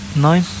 Nine